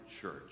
church